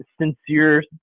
sincere